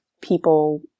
people